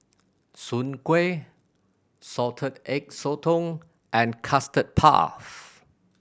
soon kway Salted Egg Sotong and Custard Puff